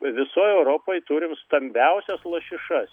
visoj europoj turim stambiausias lašišas